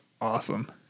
awesome